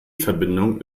verbindung